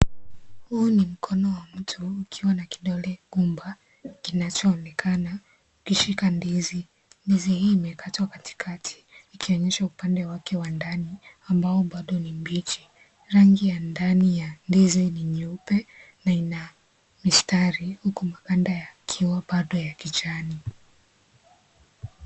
Huu ni mkono wa mtu ukiwa na kidole gumba kinachoonekana kushika ndizi, ndizi hii imekatwa katikati ikionyesha upande wake wa ndani ambao bado ni mbichi rani ya ndani ya ndizi ni nyeupe na ina mistari huku maganda yakiwa bado ya kijani.